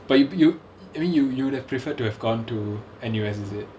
but you you I mean you you would have preferred to have gone to N_U_S is it